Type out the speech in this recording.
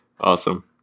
Awesome